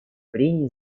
прений